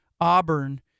Auburn